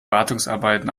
wartungsarbeiten